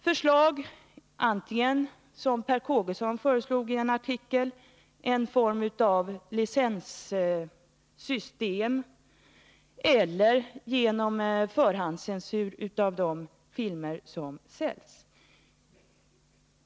Det finns möjlighet att lägga fram förslag om att införa antingen en form av licenssystem, vilket Per Kågeson föreslog i en artikel, eller förhandscensur av de filmer som säljs.